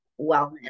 wellness